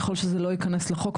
ככל שזה לא ייכנס לחוק,